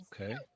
okay